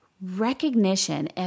recognition